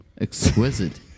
Exquisite